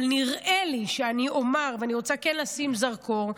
אבל נראה לי שאני אומר, ואני רוצה כן לשים זרקור: